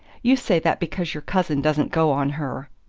you say that because your cousin doesn't go on her.